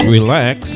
relax